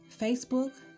Facebook